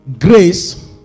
grace